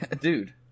Dude